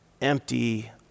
empty